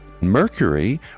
Mercury